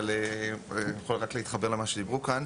אבל אני יכול רק להתחבר למה שדיברו כאן.